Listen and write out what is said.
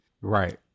Right